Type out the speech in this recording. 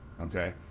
Okay